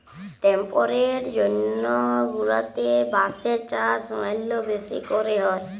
temperate zone গুলাতে বাঁশের চাষ ম্যালা বেশি ক্যরে হ্যয়